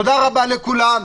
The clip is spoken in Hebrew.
תודה רבה לכולם.